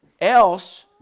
Else